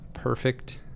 perfect